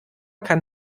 kann